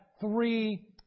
three